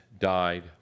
died